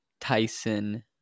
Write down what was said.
Tyson